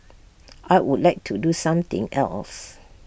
I would like to do something else